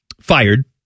Fired